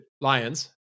Lions